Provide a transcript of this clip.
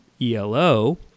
ELO